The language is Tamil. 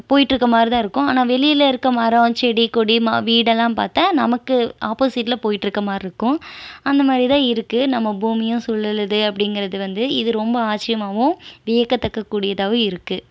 போயிகிட்ருக்க மாதிரிதான் இருக்கும் ஆனால் வெளியில இருக்க மரம் செடி கொடி ம வீடெலாம் பார்த்தா நமக்கு ஆப்போஸிட்ல போயிகிட்ருக்க மாதிரி இருக்கும் அந்த மாதிரிதான் இருக்குது நம்ம பூமியும் சுழலுது அப்படிங்கறது வந்து இது ரொம்ப ஆச்சரியமாகவும் வியக்கத்தக்ககூடியதாவும் இருக்குது